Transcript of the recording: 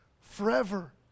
forever